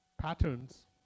patterns